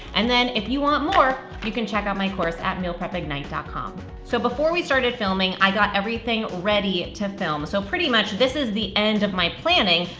and then if you want more, you can check out my course at mealprepignite ah com. so before we started filming i got everything ready to film, so pretty much this is the end of my planning.